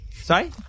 Sorry